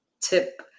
tip